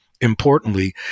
Importantly